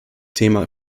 thema